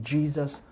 Jesus